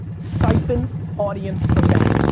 siphon audience from them.